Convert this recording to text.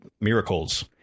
miracles